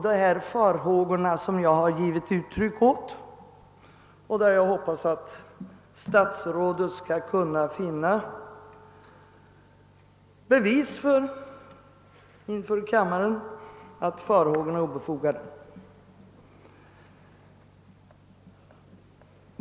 Jag hoppas att statsrådet inför kammarens ledamöter skall kunna leda i bevis att mina farhågor är obefogade.